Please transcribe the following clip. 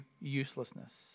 uselessness